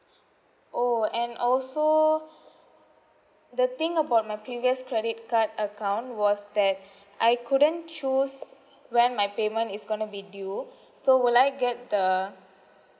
orh and also the thing about my previous credit card account was that I couldn't choose when my payment is gonna be due so will I get the